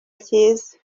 kiza